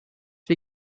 wir